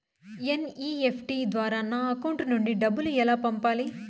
NEFT ద్వారా నా account నుండి డబ్బులు ఎలా పంపాలి